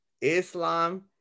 Islam